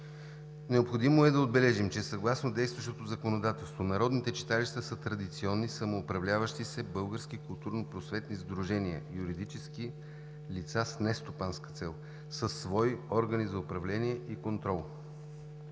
Необходимо е да отбележим, че съгласно действащото законодателство народните читалища са традиционни самоуправляващи се български културно-просветни сдружения, юридически лица с нестопанска цел със свои органи за управление и контрол.